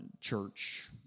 church